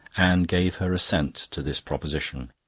anne gave her assent to this proposition.